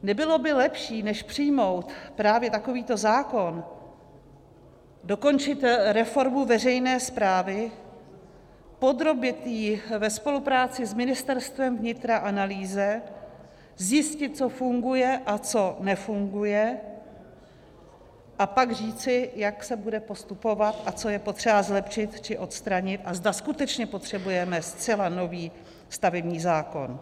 Nebylo by lepší, než přijmout právě takovýto zákon, dokončit reformu veřejné správy, podrobit ji ve spolupráci s Ministerstvem vnitra analýze, zjistit, co funguje a co nefunguje, a pak říci, jak se bude postupovat a co je potřeba zlepšit či odstranit a zda skutečně potřebujeme zcela nový stavební zákon?